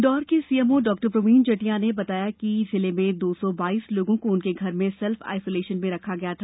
इन्दौर के CMO doctor Praveen Jadia ने बताया कि जिले में दो सौ बाईस लोगों को उनके घर में सेल्फ आइसोलेशन में रखा गया था